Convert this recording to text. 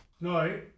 No